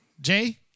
Jay